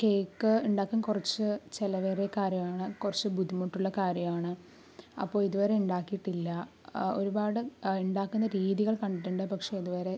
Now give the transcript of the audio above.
cake ഉണ്ടാക്കാൻ കുറച്ച് ചെലവേറിയ കാര്യമാണ് കുറച്ച് ബുദ്ധിമുട്ടുള്ള കാര്യമാണ് അപ്പോൾ ഇതുവരെ ഉണ്ടാക്കിയിട്ടില്ല ഒരുപാട് ഉണ്ടാകുന്ന രീതികൾ കണ്ടിട്ടുണ്ട് പക്ഷെ ഇതുവരെ